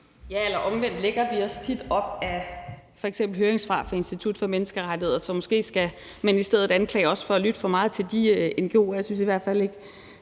Ja, eller omvendt lægger vi os tit op ad f.eks. høringssvar fra Institut for Menneskerettigheder. Så måske skal man i stedet anklage os for at lytte for meget til de ngo'er. Jeg synes i hvert fald ikke,